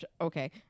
okay